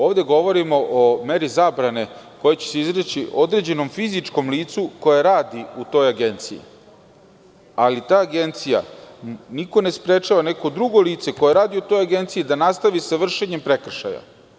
Ovde govorimo o meri zabrane koja će se izreći određenom fizičkom licu, koje radi u toj agenciji, ali ta agencija, niko ne sprečava neko drugo lice , koje radi u toj agenciji da nastavi sa vršenjem prekršaja.